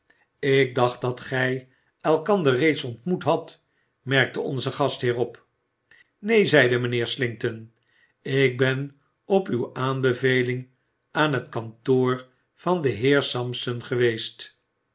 ik dacht dat gy elkander reeds ontmoet had merkte onze gastheer op neen zeide mynheer slinkton ik ben op uw aanbeveling aan het kantoor van den heer sampson geweest